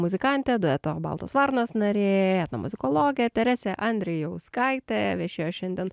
muzikantė dueto baltos varnos narė muzikologė teresė andrijauskaitė viešėjo šiandien